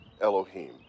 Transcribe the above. Elohim